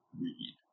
read